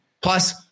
Plus